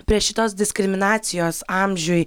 prie šitos diskriminacijos amžiuj